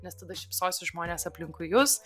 nes tada šypsosis žmonės aplinkui jus